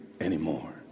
anymore